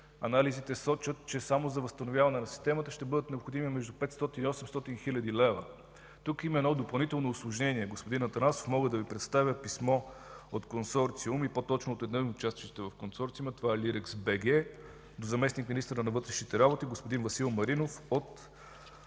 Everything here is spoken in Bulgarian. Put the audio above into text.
Анализите сочат, че само за възстановяване на системата ще бъдат необходими между 500 и 800 хил. лв. Тук има едно допълнително усложнение, господин Атанасов. Мога да Ви представя писмо от консорциума и по-точно от един от участващите в консорциума – това е „Лирекс БГ”, до заместник-министъра на вътрешните работи господин Васил Маринов от